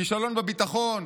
כישלון בביטחון,